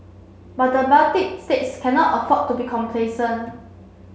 but the Baltic states cannot afford to be complacent